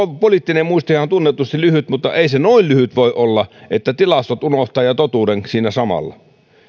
poliittinen muistihan on tunnetusti lyhyt mutta ei se noin lyhyt voi olla että tilastot unohtaa ja totuuden siinä samalla